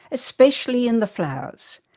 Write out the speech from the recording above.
especially in the flowers,